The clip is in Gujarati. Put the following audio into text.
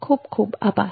ખુબ ખુબ આભાર